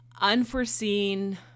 unforeseen